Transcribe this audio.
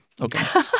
Okay